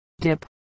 dip